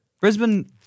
Brisbane